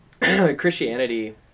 Christianity